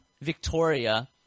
Victoria